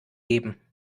geben